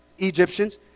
Egyptians